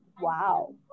Wow